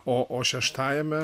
o o šeštajame